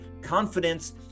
confidence